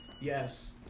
Yes